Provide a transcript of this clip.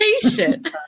patient